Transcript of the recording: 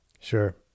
Sure